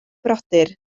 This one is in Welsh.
brodyr